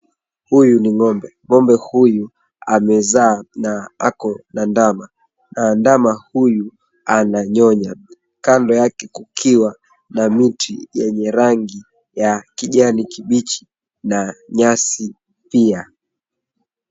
Huyu ni ng'ombe. Ng'ombe huyu amezaa na ako na ndama na ndama huyu ananyonya. Kando yake kukiwa na miti yenye rangi ya kijani kibichi na nyasi pia.